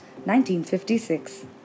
1956